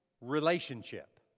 relationship